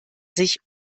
sich